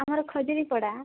ଆମର ଖଜୁରିପଡ଼ା